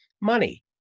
Money